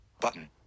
Button